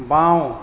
বাওঁ